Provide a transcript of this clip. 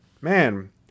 man